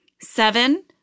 Seven